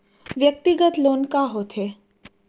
व्यक्तिगत लोन का होथे?